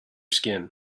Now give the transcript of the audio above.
skin